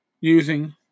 using